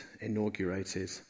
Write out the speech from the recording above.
inaugurated